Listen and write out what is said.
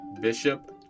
bishop